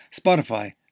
Spotify